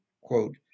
quote